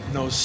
no